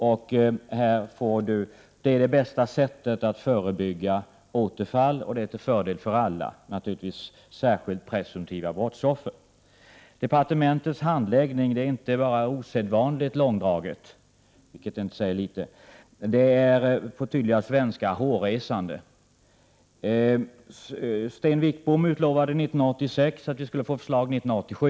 Det är det bästa sättet att förebygga återfall i brottslighet, och det är till fördel för alla, särskilt presumtiva brottsoffer. Departementets handläggning är inte bara osedvanligt långdragen, vilket inte säger litet, utan också hårresande. Justitieminister Sten Wickbom utlovade 1986 att det skulle läggas fram ett förslag 1987.